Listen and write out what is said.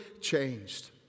changed